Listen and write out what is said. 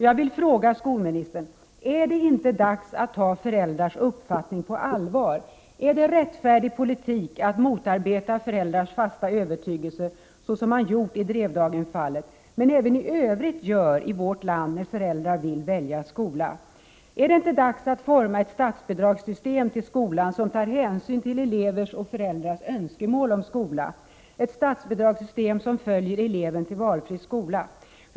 Jag vill fråga skolministern: Är det inte dags att ta föräldrars uppfattning på allvar? Är det rättfärdig politik att motarbeta föräldrars fasta övertygelse såsom man gjort i Drevdagenfallet men även i övrigt gör i vårt land när föräldrar vill välja skola? Är det inte dags att forma ett statsbidragssystem för skolan som tar hänsyn till elevers och föräldrars önskemål om skola, ett statsbidragssystem som följer eleven till valfri skola?